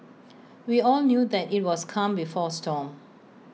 we all knew that IT was calm before storm